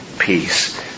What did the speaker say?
peace